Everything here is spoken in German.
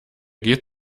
geht